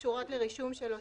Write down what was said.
כי זה